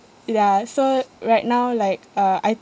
ya so right now like uh I